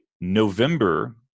November